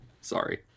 Sorry